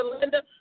Linda